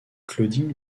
claudine